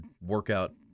workout